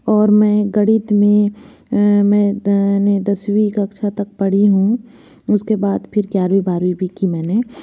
और मैं गणित में मैं दसवीं कक्षा तक पढ़ी हूँ उसके बाद फिर ग्यारवी बारवी भी कि मैंने